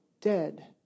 dead